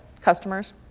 customers